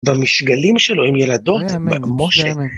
במשגלים שלו עם ילדות, לא יאמן, משה.